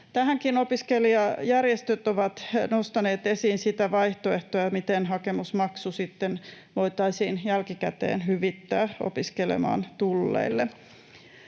Tähänkin opiskelijajärjestöt ovat nostaneet esiin sitä vaihtoehtoa, miten hakemusmaksu sitten voitaisiin jälkikäteen hyvittää opiskelemaan tulleille.